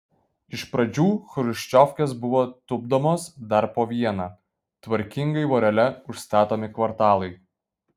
iš pradžių chruščiovkės buvo tupdomos dar po vieną tvarkingai vorele užstatomi kvartalai